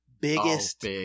biggest